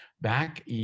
Back